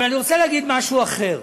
אבל אני רוצה להגיד משהו אחר,